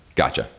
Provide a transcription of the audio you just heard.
got you.